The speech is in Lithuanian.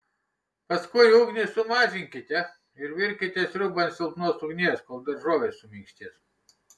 paskui ugnį sumažinkite ir virkite sriubą ant silpnos ugnies kol daržovės suminkštės